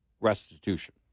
restitution